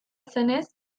zenez